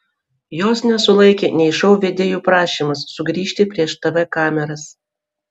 jos nesulaikė nei šou vedėjų prašymas sugrįžti prieš tv kameras